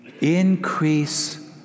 increase